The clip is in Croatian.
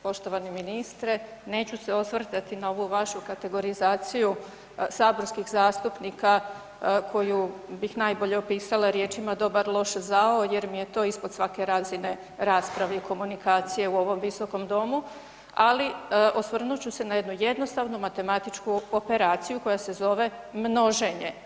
Poštovani ministre, neću se osvrtati na ovu vašu kategorizaciju saborskih zastupnika koju bih najbolje opisala riječima dobar, loš, zao jer mi je to ispod svake razine rasprave i komunikacije u ovom Viskom domu ali osvrnut ću se na jednu jednostavnu matematičku operaciju koja se zove množenje.